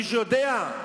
מישהו יודע?